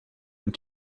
and